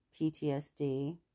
PTSD